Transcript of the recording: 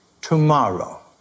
tomorrow